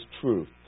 truth